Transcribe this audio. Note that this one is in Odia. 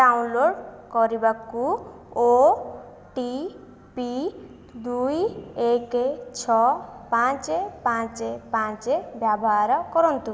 ଡାଉନଲୋଡ଼୍ କରିବାକୁ ଓ ଟି ପି ଦୁଇ ଏକ ଛଅ ପାଞ୍ଚ ପାଞ୍ଚ ପାଞ୍ଚ ବ୍ୟବହାର କରନ୍ତୁ